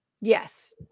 Yes